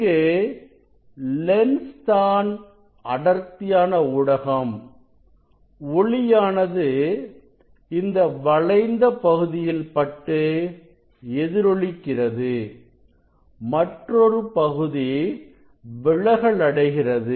இங்கு லென்ஸ் தான் அடர்த்தியான ஊடகம் ஒளியானது இந்த வளைந்த பகுதியில் பட்டு எதிரொலிக்கிறது மற்றொரு பகுதி விலகல் அடைகிறது